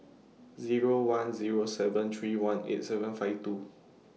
Zero one Zero seven three one eight seven five two